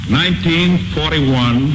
1941